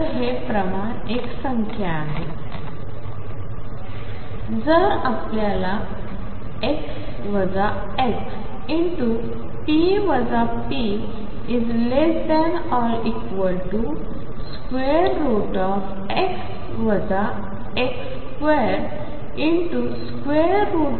तर हे प्रमाण एक संख्या आहे जर आपल्याला ⟨x ⟨x⟩p ⟨p⟩⟩≤⟨x ⟨x⟩2⟩ ⟨p ⟨p⟩2⟩